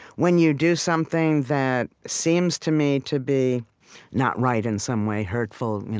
when you do something that seems to me to be not right in some way, hurtful,